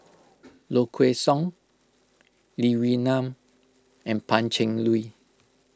Low Kway Song Lee Wee Nam and Pan Cheng Lui